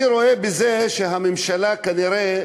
אני רואה בזה שהממשלה, כנראה,